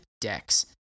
decks